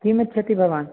किं इच्छति भवान्